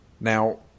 Now